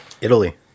Italy